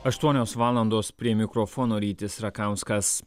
aštuonios valandos prie mikrofono rytis rakauskas